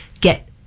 get